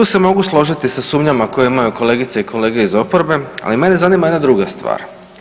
Tu se mogu složiti sa sumnjama koje imaju kolegice i kolege iz oporbe, ali mene zanima jedna druga stvar.